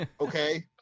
Okay